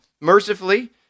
mercifully